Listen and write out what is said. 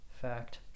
fact